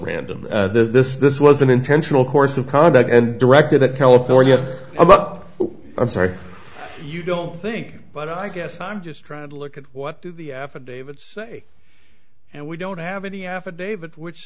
random this this was an intentional course of conduct and directed that california up i'm sorry you don't think but i guess i'm just trying to look at what the affidavit say and we don't have any affidavit which